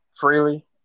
freely